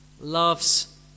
loves